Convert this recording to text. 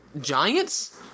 Giants